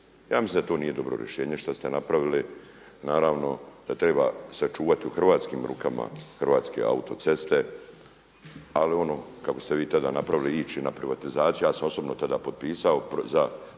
Ja mislim da o nije dobro rješenje šta ste napravili. Naravno da treba sačuvati u hrvatskim rukama Hrvatske autoceste, ali ono kako ste vi tada napravili ići na privatizaciju, ja sam osobno tada potpisao za